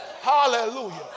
Hallelujah